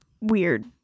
weird